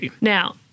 Now